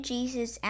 Jesus